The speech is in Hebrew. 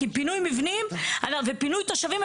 כי פינוי מבנים ופינוי תושבים,